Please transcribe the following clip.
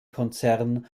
konzern